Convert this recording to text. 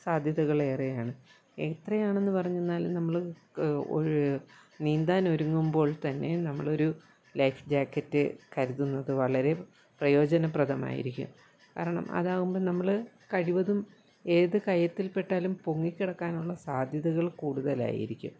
സാദ്ധ്യതകൾ ഏറെയാണ് എത്രയാണെന്നു പറഞ്ഞെന്നാൽ നമ്മൾ ഒഴ് നീന്താൻ ഒരുങ്ങുമ്പോൾ തന്നെ നമ്മളൊരു ലൈഫ് ജാക്കറ്റ് കരുതുന്നത് വളരെ പ്രയോജനപ്രദമായിരിക്കും കാരണം അതാകുമ്പോൾ നമ്മൾ കഴിവതും ഏതു കയത്തിൽ പെട്ടാലും പൊങ്ങി കിടക്കാനുള്ള സാദ്ധ്യതകൾ കൂടുതലായിരിക്കും